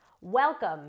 Welcome